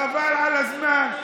חבל על הזמן.